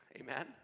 Amen